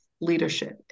leadership